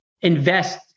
invest